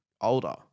older